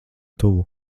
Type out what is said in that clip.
tuvu